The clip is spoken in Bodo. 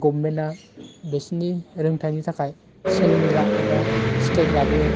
गभमेना बिसोरनि रोंथाइनि थाखाइ सोलोंग्रा एबा सिखाइग्राबो